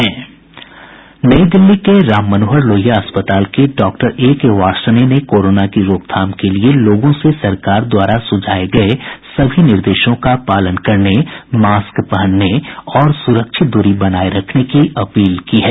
नई दिल्ली के राममनोहर लोहिया अस्पताल के डॉ ए के वार्ष्णेय ने कोरोना की रोकथाम के लिए लोगों से सरकार द्वारा सुझाये गये सभी निर्देशों का पालन करने मास्क पहनने और सुरक्षित दूरी बनाए रखने की अपील की है